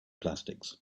plastics